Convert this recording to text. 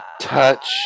Touch